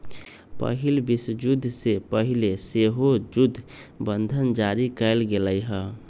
पहिल विश्वयुद्ध से पहिले सेहो जुद्ध बंधन जारी कयल गेल हइ